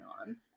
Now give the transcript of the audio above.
on